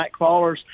nightcrawlers